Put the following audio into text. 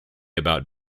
about